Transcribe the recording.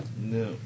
No